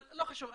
לא חשוב,